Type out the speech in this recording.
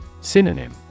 Synonym